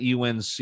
UNC